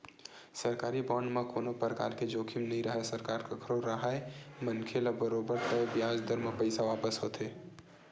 सरकारी बांड म कोनो परकार के जोखिम नइ राहय सरकार कखरो राहय मनखे ल बरोबर तय बियाज दर म पइसा वापस होथे